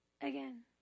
again